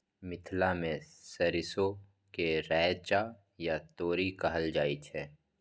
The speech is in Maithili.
मिथिला मे सरिसो केँ रैचा या तोरी कहल जाइ छै